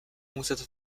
muset